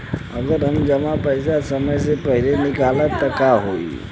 अगर हम जमा पैसा समय से पहिले निकालब त का होई?